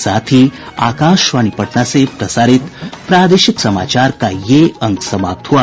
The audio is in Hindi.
इसके साथ ही आकाशवाणी पटना से प्रसारित प्रादेशिक समाचार का ये अंक समाप्त हुआ